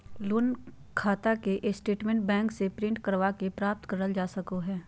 loan खाता के statement bank से प्रिंट करवा के प्राप्त करल जा सको हय